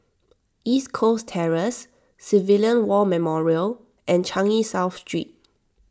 East Coast Terrace Civilian War Memorial and Changi South Street